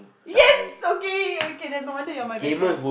yes okay okay then no wonder you're my best friend